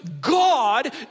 God